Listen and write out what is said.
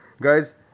Guys